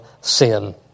sin